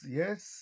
yes